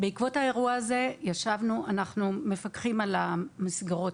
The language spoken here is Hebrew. בעקבות האירוע ישבנו, אנחנו מפקחים על המסגרות.